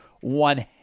one